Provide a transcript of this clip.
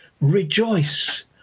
rejoice